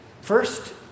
First